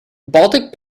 baltic